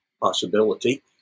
possibility